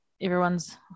Everyone's